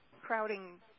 crowding